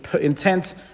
intent